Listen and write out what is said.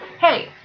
hey